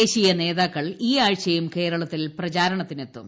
ദേശീയ നേതാക്കൾ ഈ ആഴ്ചയും കേരളത്തിൽ പ്രചാരണത്തിനെത്തും